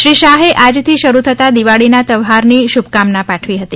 શ્રી શાહે આજથી શરૂ થતા દિવાળીના ત્યોહારની શૂભકામના પાઠવી હતી